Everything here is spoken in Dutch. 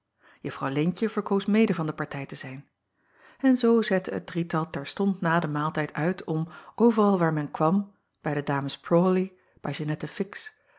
uffrouw eentje verkoos mede van de partij te zijn en zoo zette het drietal terstond na den maaltijd uit om overal waar men kwam bij de ames rawley